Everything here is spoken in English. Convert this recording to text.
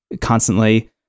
constantly